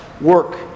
work